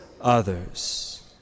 others